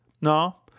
No